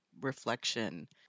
reflection